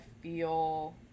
feel